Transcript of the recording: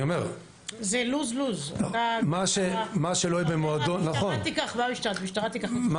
אבל אני אומר --- זה lose lose אתה רוצה שהמשטרה תיקח --- נכון,